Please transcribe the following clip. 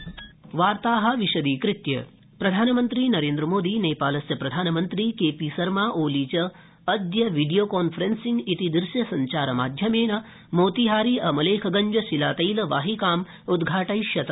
प्रधानमन्त्री नेपाल प्रधानमन्त्री नरेन्द्रमोदी नेपालस्य प्रधानमन्त्री के पी शर्मा ओली च अद्य वीडियो कॉन्फ्रेंसिंग इति दृश्यसंचारमाध्यमेन मोतीहारी अमलेखगंज शिलातैल वाहिकाम् उद्घाटथिष्यत